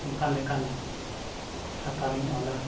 ᱚᱱᱠᱟ ᱞᱮᱠᱟᱱ ᱥᱟᱛᱟᱢ ᱤᱧ ᱤᱧ ᱚᱞᱟ